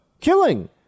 Killing